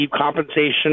compensation